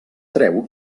treu